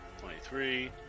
Twenty-three